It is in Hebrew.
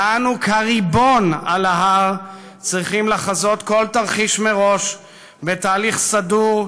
ואנו כריבון על ההר צריכים לחזות כל תרחיש מראש בתהליך סדור,